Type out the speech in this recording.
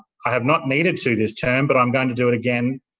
i have not needed to this term but i am going to do it again.